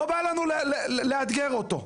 לא בא לנו לאתגר אותו.